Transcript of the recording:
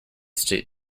state